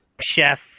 Chef